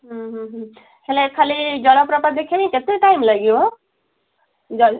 ହୁଁ ହୁଁ ହୁଁ ହେଲେ ଖାଲି ଜଳପ୍ରପାତ ଦେଖିମି କେତେ ଟାଇମ୍ ଲାଗିବ ଯାଉ